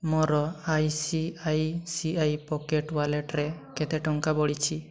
ମୋର I C I C I pocket ୱାଲେଟ୍ରେ କେତେ ଟଙ୍କା ବଳିଛି